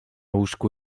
łóżku